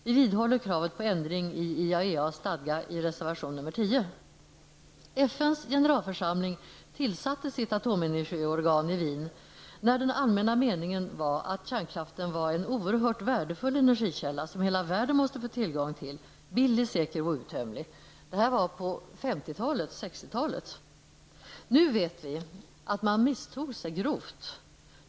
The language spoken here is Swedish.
Vi vidhåller kravet på ändring i IAEAs stadga i reservation nr 10. FNs generalförsamling tillsatte sitt atomenergiorgan i Wien när den allmänna meningen var att kärnkraften var en oerhört värdefull energikälla, som hela världen måste få tillgång till. Man ansåg att den var billig, säker och outtömlig. Det här var på 50 och 60-talen. Nu vet vi att man misstog sig grovt.